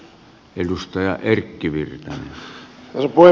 arvoisa puhemies